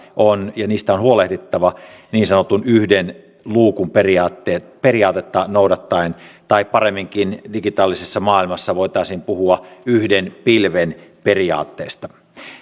on ja niistä on huolehdittava niin sanotun yhden luukun periaatetta noudattaen tai paremminkin digitaalisessa maailmassa voitaisiin puhua yhden pilven periaatteesta